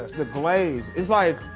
the glaze. it's like.